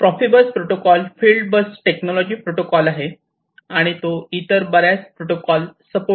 Profibus protocol field bus technology protocol आहे आणि तो इतर बरेच प्रोटोकॉल सपोर्ट करतो